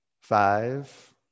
Five